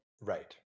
Right